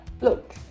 look